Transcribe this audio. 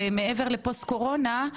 ומעבר לפוסט קורונה,